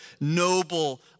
noble